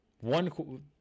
One